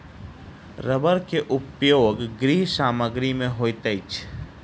रबड़ के उपयोग गृह सामग्री में होइत अछि